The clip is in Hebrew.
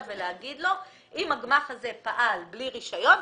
ולומר לו שאם הגמ"ח הזה פעל בלי רישיון,